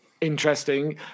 interesting